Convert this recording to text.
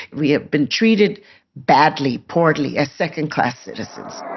we have been treated badly, poorly, as second-class citizens